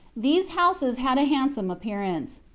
these houses had a hand some appearance.